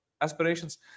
aspirations